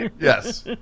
Yes